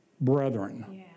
brethren